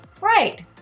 right